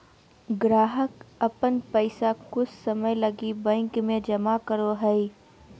ग्राहक अपन पैसा कुछ समय लगी बैंक में जमा करो हइ